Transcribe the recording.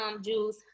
Juice